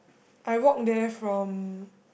I walked there from